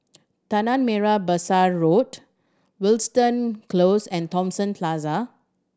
Tanah Merah Besar Road Wilton Close and Thomson Plaza